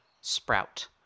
sprout